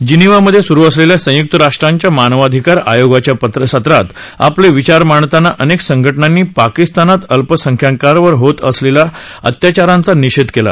Geneva मध्ये सुरु असलेल्या संयक्त राष्ट्रांच्या मानवाधिकार आयोगाच्या सत्रात आपले विचार मांडताना अनेक संघ नांनी पाकिस्तानात अल्पसंख्याकांवर होत असलेल्या अत्याचारांचा निषेध केला